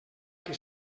que